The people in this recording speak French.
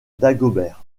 dagobert